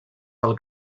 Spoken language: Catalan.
del